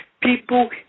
People